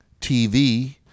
TV